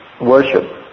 worship